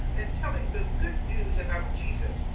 and telling the good news about jesus,